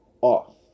off